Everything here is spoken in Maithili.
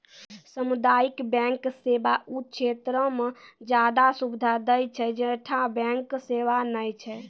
समुदायिक बैंक सेवा उ क्षेत्रो मे ज्यादे सुविधा दै छै जैठां बैंक सेबा नै छै